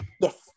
Yes